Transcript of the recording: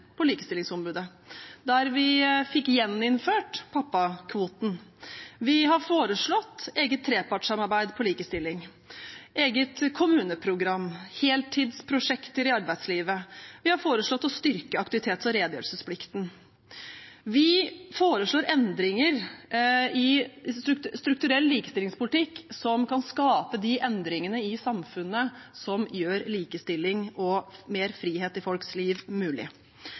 på Likestillings- og diskrimineringsombudet, der vi fikk gjeninnført pappakvoten. Vi har foreslått eget trepartssamarbeid på likestillingsfeltet, eget kommuneprogram og heltidsprosjekter i arbeidslivet. Vi har foreslått å styrke aktivitets- og redegjørelsesplikten. Vi foreslår endringer i strukturell likestillingspolitikk som kan skape de endringene i samfunnet som gjør likestilling og mer frihet i folks liv mulig.